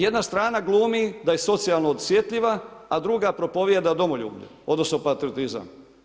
Jedna strana glumi da je socijalno osjetljiva a druga propovijeda o domoljublju odnosno patriotizam.